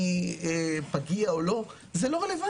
אני פגיע או לא זה לא רלוונטי.